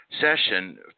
session